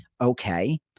Okay